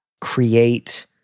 create